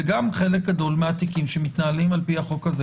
וגם חלק גדול מהתיקים שמתנהלים על פי החוק הזה,